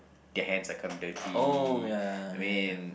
their hands are kind of dirty I mean